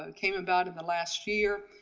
um came about in the last year,